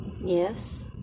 Yes